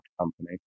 company